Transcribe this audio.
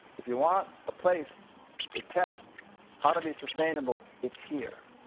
if you want a place to test how to be sustainable, it's here.